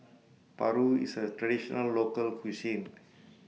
Paru IS A Traditional Local Cuisine